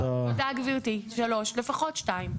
תודה גברתי, לפחות שתיים.